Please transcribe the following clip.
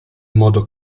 modo